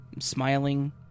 smiling